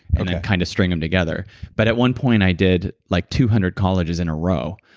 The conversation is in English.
and then kind of string them together but at one point i did like two hundred colleges in a row,